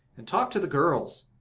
and talk to the girls.